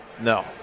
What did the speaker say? no